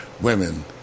women